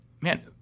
man